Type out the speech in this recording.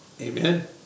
Amen